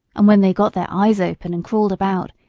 and when they got their eyes open and crawled about,